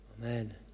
Amen